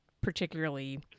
particularly